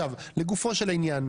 לגופו של עניין.